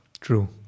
True